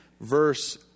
verse